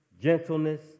Gentleness